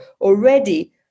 Already